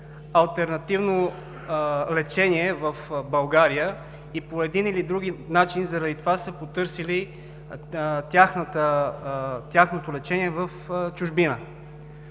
алтернативно лечение в България и по един или друг начин заради това са потърсили лечение в чужбина.